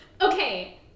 okay